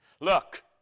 Look